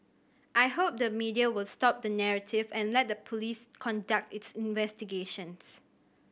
I hope the media will stop the narrative and let the police conduct its investigations